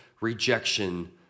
rejection